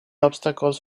obstacles